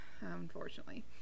unfortunately